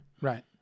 Right